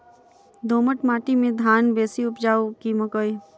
दोमट माटि मे धान बेसी उपजाउ की मकई?